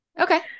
okay